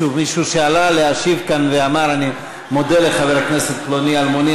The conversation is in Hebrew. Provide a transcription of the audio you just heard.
מישהו שעלה להשיב כאן ואמר: אני מודה לחבר הכנסת פלוני-אלמוני